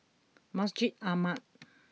Masjid Ahmad